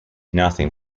nothing